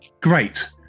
great